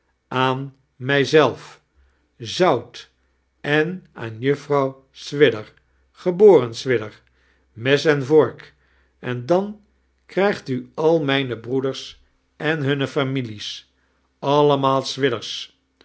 aan mij'zelf zout en aan juffrouw swidger geb swidger mes en vork en dan krijgt u al mijne breeders en hunne families alle'maal swidgers